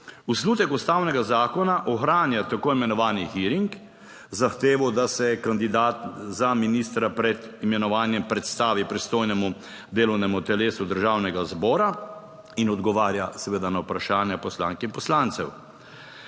Osnutek ustavnega zakona ohranja tako imenovani hearing, zahtevo, da se kandidat za ministra pred imenovanjem predstavi pristojnemu delovnemu telesu državnega zbora in odgovarja seveda na vprašanja poslank in poslancev.